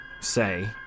Say